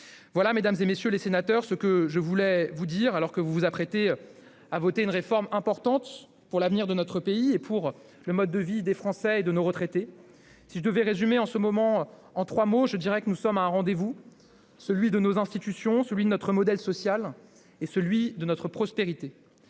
Voilà, mesdames, messieurs les sénateurs, ce que je tenais à vous dire, alors que vous vous apprêtez à voter une réforme importante pour l'avenir de notre pays et pour le mode de vie des Français, en particulier pour nos retraités. Si je devais résumer ce moment en trois mots, je dirais que nous sommes à un rendez-vous important pour nos institutions, pour notre modèle social et pour notre prospérité.